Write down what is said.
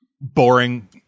boring